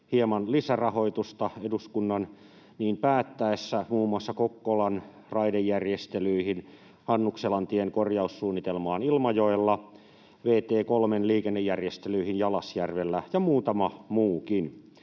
hieman lisärahoitusta eduskunnan niin päättäessä muun muassa Kokkolan raidejärjestelyihin, Hannukselantien korjaussuunnitelmaan Ilmajoelle, vt 3:n liikennejärjestelyihin Jalasjärvelle ja muutamaan muuhunkin.